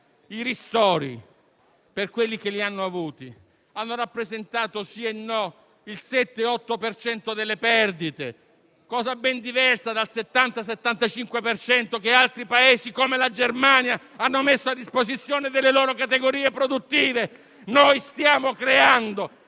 I ristori, per quelli che li hanno avuti, hanno rappresentato sì e no il 7-8 per cento delle perdite, cosa ben diversa dal 70-75 per cento che altri Paesi, come la Germania, hanno messo a disposizione delle loro categorie produttive. Noi stiamo creando